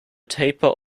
taper